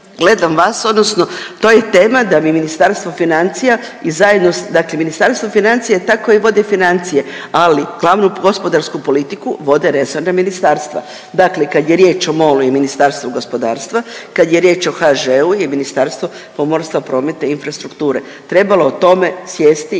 gledam vas odnosno to je tema da Ministarstvo financija i zajedno s, dakle Ministarstvo financija je ta koja vodi financije, ali glavnu gospodarsku politiku vode resorna ministarstva. Dakle, kad je riječ o MOL-u i Ministarstvu gospodarstva, kad je riječ o HŽ-u je Ministarstvo pomorstva, prometa i infrastrukture trebalo o tome sjesti i